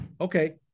Okay